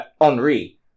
Henri